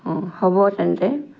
অঁ হ'ব তেন্তে